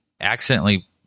accidentally